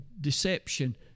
deception